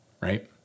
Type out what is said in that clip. right